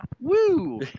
woo